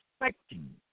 expecting